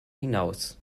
hinaus